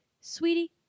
sweetie